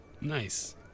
Nice